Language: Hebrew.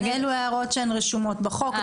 אלו הן הערות שרשומות בחוק,